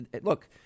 look